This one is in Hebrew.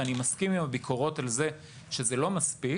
ואני מסכים עם הביקורות על כך שזה לא מספיק.